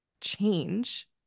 change